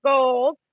Gold